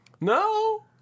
No